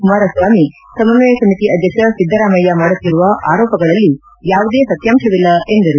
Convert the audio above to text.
ಕುಮಾರಸ್ವಾಮಿ ಸಮನ್ವಯ ಸಮಿತಿ ಅಧ್ಯಕ್ಷ ಸಿದ್ದರಾಮಯ್ಯ ಮಾಡುತ್ತಿರುವ ಆರೋಪಗಳಲ್ಲಿ ಯಾವುದೇ ಸತ್ಯಾಂಶವಿಲ್ಲ ಎಂದರು